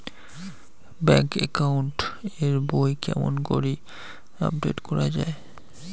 Bank account এর বই কেমন করি আপডেট করা য়ায়?